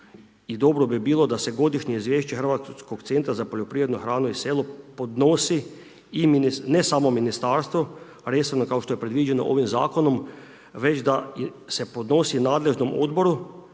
dobro bi bilo da se godišnje izvješće hrvatskog centra za poljoprivrednu hranu i selo podnosi ne samo ministarstvu resornom kao što je predviđeno ovim zakonom, već da se podnosi nadležnom odboru